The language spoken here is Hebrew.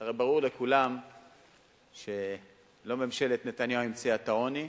הרי ברור לכולם שלא ממשלת נתניהו המציאה את העוני,